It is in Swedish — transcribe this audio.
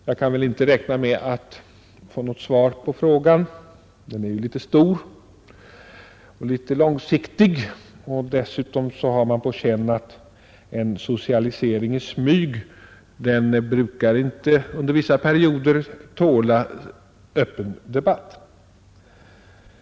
Jag kan väl inte räkna med att få något svar på frågan; den är ju litet stor och litet långsiktig, och dessutom har man på känn att en socialisering i smyg brukar under vissa perioder inte tåla öppen debatt.